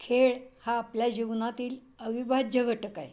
खेळ हा आपल्या जीवनातील अविभाज्य घटक आहे